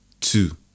two